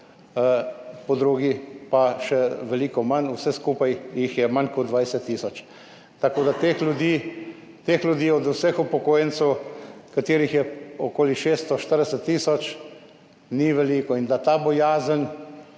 po drugi pa še veliko manj, vse skupaj jih je manj kot 20 tisoč. Tako da teh ljudi od vseh upokojencev, ki jih je okoli 640 tisoč, ni veliko in je ta bojazen